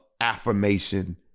affirmation